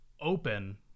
open